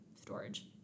storage